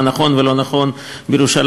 מה נכון ולא נכון בירושלים,